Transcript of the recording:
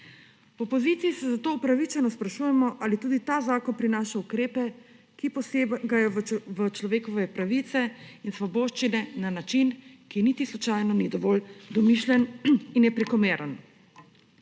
V opoziciji se zato upravičeno sprašujemo, ali tudi ta zakon prinaša ukrepe, ki posegajo v človekove pravice in svoboščine na način, ki niti slučajno ni dovolj domišljen in je prekomeren.